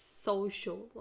social